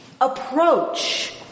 approach